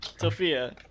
Sophia